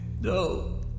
No